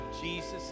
Jesus